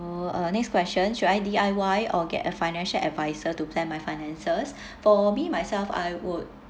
uh next question should I D_I_Y or get a financial adviser to plan my finances for me myself I would